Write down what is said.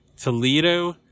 Toledo